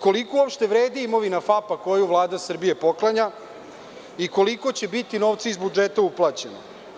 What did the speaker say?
Koliko uopšte vredi imovina FAP-a koju Vlada Srbije poklanja i koliko će biti novca iz budžeta uplaćeno?